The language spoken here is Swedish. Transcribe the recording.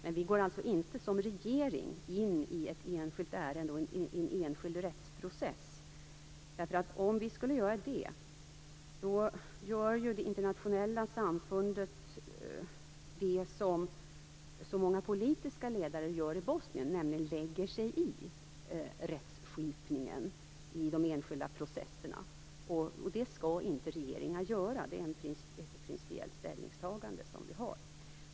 Men vi går inte som regering in i ett enskilt ärende och i en enskild rättsprocess. Om vi skulle göra det skulle det innebära att det internationella samfundet gör det som många politiska ledare gör i Bosnien, nämligen lägger sig i rättskipningen i de enskilda processerna. Det skall inte regeringar göra. Det är ett principiellt ställningstagande vi gör.